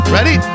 Ready